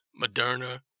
Moderna